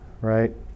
Right